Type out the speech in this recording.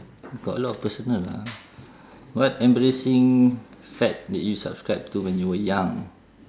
got a lot of personal lah what embarrassing fad did you subscribe to when you were young